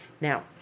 Now